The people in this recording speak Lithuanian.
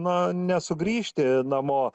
na nesugrįžti namo